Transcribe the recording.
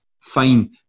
fine